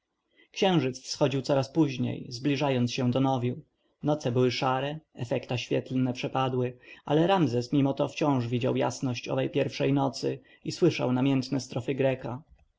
księżyc wschodził coraz później zbliżając się do nowiu noce były szare efekta świetlne przepadły ale ramzes mimo to wciąż widział jasność owej pierwszej nocy i słyszał namiętne strofy greka